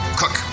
cook